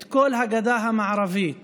את כל הגדה המערבית